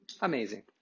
amazing